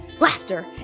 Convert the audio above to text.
laughter